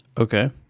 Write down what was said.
Okay